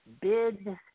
bid